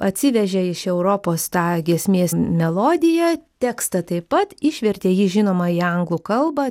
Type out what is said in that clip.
atsivežė iš europos tą giesmės melodiją tekstą taip pat išvertė jį žinoma į anglų kalbą